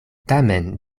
tamen